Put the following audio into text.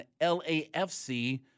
LAFC